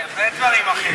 בהחלט דברים אחרים.